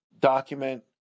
document